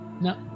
No